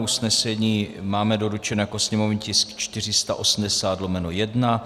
Usnesení máme doručeno jako sněmovní tisk 480/1.